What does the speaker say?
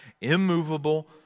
immovable